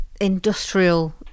industrial